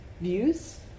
views